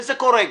וזה קורה,